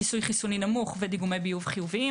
כיסוי חיסוני נמוך ודגמי ביוב חיוביים.